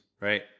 right